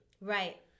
Right